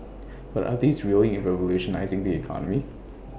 but are these really revolutionising the economy